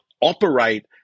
operate